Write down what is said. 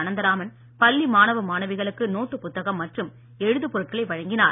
அனந்தராமன் பள்ளி மாணவ மாணவிகளுக்கு நோட்டுப் புத்தகம் மற்றும் எழுது பொருட்களை வழங்கினார்